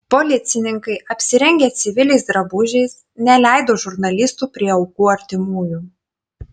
policininkai apsirengę civiliais drabužiais neleido žurnalistų prie aukų artimųjų